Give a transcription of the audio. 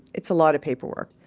it's a lot of paperwork.